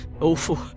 Awful